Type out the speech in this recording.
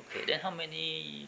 okay then how many